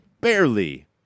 barely